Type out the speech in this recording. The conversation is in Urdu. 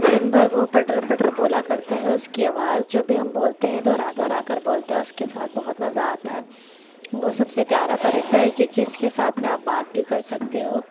دن بھر وہ پٹر پٹر بولا کرتا ہے اس کی آواز جو بھی ہم بولتے ہیں دوہرا دوہرا کر بولتا ہے اس کے ساتھ بہت مزہ آتا ہے وہ سب سے پیارا پرندہ ہے کیونکہ اس کے ساتھ میں آپ بات بھی کر سکتے ہو